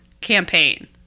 campaign